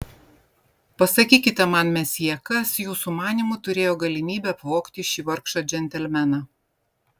pasakykite man mesjė kas jūsų manymu turėjo galimybę apvogti šį vargšą džentelmeną